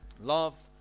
love